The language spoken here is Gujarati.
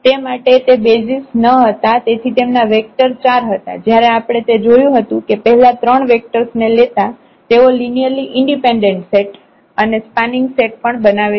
તે માટે તે બેસિઝ ન હતા તેથી તેમના વેક્ટર 4 હતા જયારે આપણે તે જોયું હતું કે પહેલા 3 વેક્ટર્સ ને લેતા તેઓ લિનિયરલી ઈન્ડિપેન્ડેન્ટ સેટ અને સ્પાનિંગ સેટ પણ બનાવે છે